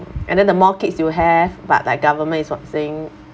and then the more kids you have but like government is what saying